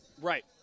Right